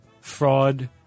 fraud